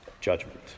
judgment